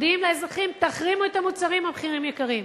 מודיעים לאזרחים, תחרימו את המוצרים, הם יקרים.